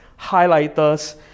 Highlighters